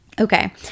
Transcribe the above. Okay